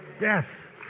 Yes